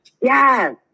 Yes